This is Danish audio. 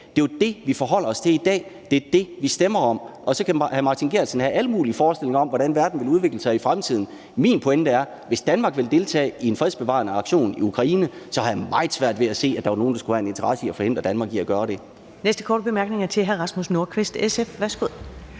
Det er jo det, vi forholder os til i dag. Det er det, vi stemmer om. Og så kan hr. Martin Geertsen have alle mulige forestillinger om, hvordan verden vil udvikle sig i fremtiden. Min pointe er: Hvis Danmark vil deltage i den fredsbevarende aktion i Ukraine, har jeg meget svært ved at se, at der var nogen, der skulle have en interesse i at forhindre Danmark i at gøre det.